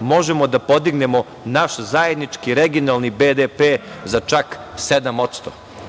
možemo da podignemo naš zajednički regionalni BDP za čak 7%.